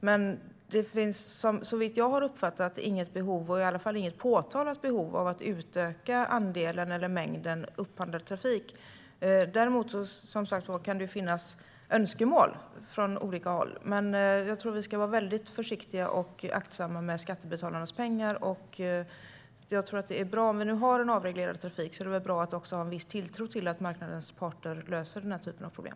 Som jag har uppfattat det finns det dock inget behov, eller i alla fall inget påtalat behov, av att utöka andelen eller mängden upphandlad trafik. Däremot kan det som sagt finnas önskemål från olika håll. Jag tror dock att vi ska vara väldigt försiktiga och aktsamma med skattebetalarnas pengar. Om vi nu har en avreglerad trafik är det väl bra om vi också har en viss tilltro till att marknadens parter löser denna typ av problem.